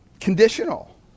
conditional